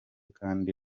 kandi